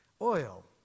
Oil